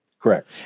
Correct